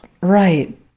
Right